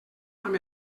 amb